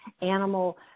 animal